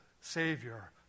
Savior